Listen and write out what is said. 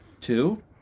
Two